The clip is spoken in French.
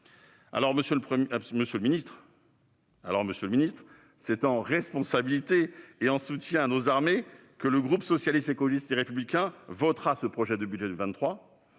colossaux. Monsieur le ministre, c'est en responsabilité et en soutien à nos armées que le groupe Socialiste, Écologiste et Républicain votera ce projet de budget pour